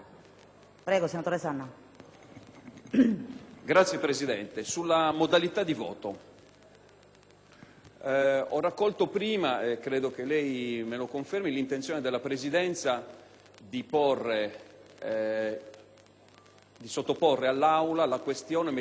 vorrei intervenire sulle modalità di voto. Ho raccolto prima - e credo che lei me lo confermi - l'intenzione della Presidenza di sottoporre all'Aula la questione mediante voto palese.